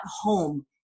home